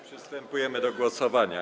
Przystępujemy do głosowania.